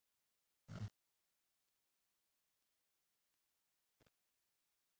ya